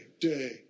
day